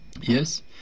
yes